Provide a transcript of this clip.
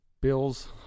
Bills